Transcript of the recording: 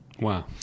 Wow